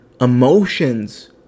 emotions